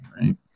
right